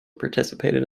participated